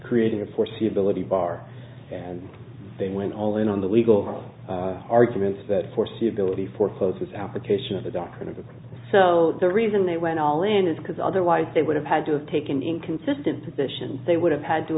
creating a foreseeability bar and they went all in on the legal arguments that foreseeability forecloses application of the doctrine of the so the reason they went all in is because otherwise they would have had to have taken inconsistent positions they would have had to